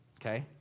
okay